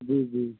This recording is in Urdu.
جی جی